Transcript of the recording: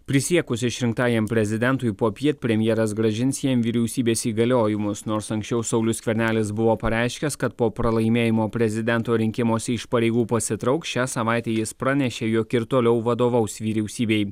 prisiekus išrinktajam prezidentui popiet premjeras grąžins jiem vyriausybės įgaliojimus nors anksčiau saulius skvernelis buvo pareiškęs kad po pralaimėjimo prezidento rinkimuose iš pareigų pasitrauks šią savaitę jis pranešė jog ir toliau vadovaus vyriausybei